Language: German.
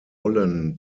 rollen